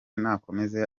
nakomeze